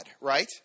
right